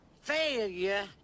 failure